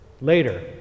later